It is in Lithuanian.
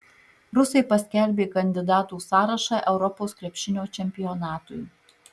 rusai paskelbė kandidatų sąrašą europos krepšinio čempionatui